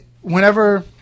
whenever